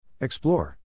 Explore